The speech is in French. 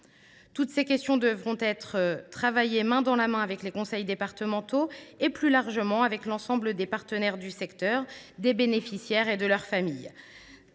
Toutes ces questions devront être traitées main dans la main avec les conseils départementaux et, plus largement, avec l’ensemble des partenaires du secteur, des bénéficiaires et de leurs familles.